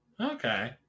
Okay